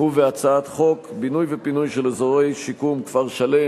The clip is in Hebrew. ובהצעת חוק בינוי ופינוי של אזורי שיקום (כפר-שלם),